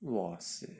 !wah!